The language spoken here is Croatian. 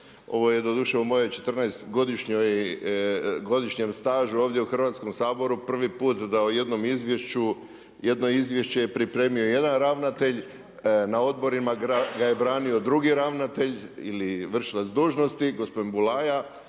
Ovo je doduše u mojem četrnaestom godišnjem stažu ovdje u Hrvatskom saboru prvi puta da u jednom izvješću, jedno izvješće je pripremio jedan ravnatelj, na odborima ga je branio drugi ravnatelj ili vršilac dužnosti, gospodin Bulaja,